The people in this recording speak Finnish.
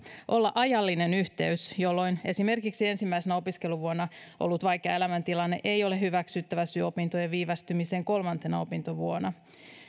olla ajallinen yhteys jolloin esimerkiksi ensimmäisenä opiskeluvuonna ollut vaikea elämäntilanne ei ole hyväksyttävä syy opintojen viivästymiseen kolmantena opintovuonna